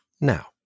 now